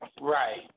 Right